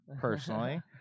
personally